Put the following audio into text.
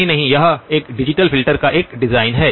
नहीं नहीं यह एक डिजिटल फ़िल्टर का एक डिज़ाइन है